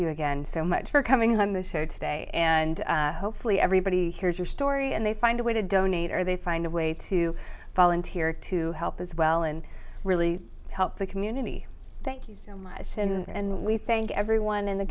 you again so much for coming on the show today and hopefully everybody hears your story and they find a way to donate or they find a way to volunteer to help as well and really help the community thank you so much and we thank everyone in the